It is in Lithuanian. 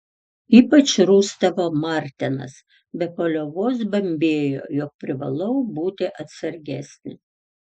ypač rūstavo martenas be paliovos bambėjo jog privalau būti atsargesnė